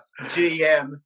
GM